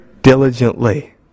diligently